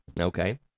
Okay